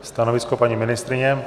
Stanovisko paní ministryně?